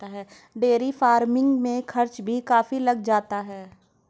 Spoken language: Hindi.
डेयरी फ़ार्मिंग में खर्चा भी काफी लग जाता है